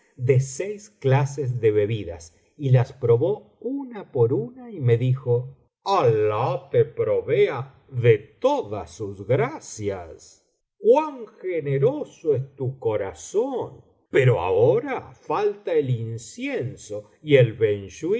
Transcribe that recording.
de seis clases de bebidas y las probó una por una y me dijo alah te provea de todas sus gracias cuan generoso es biblioteca valenciana generalitat valenciana historia del jorobado tu corazón pero ahora falta el incienso y el